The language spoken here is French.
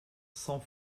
sans